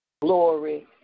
Glory